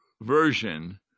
version